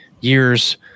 years